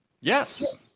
Yes